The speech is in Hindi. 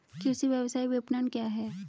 कृषि व्यवसाय विपणन क्या है?